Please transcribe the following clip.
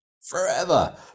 forever